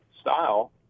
style